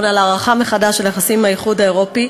על הערכה מחדש של היחסים עם האיחוד האירופי,